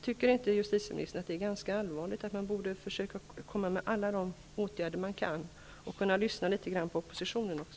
Tycker inte justitieministern att det är ganska allvarligt, att man borde försöka vidta alla de åtgärder man kan och lyssna litet på oppositionen också?